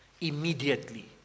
immediately